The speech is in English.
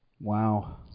Wow